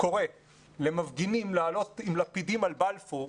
קורא למפגינים לעלות עם לפידים על בלפור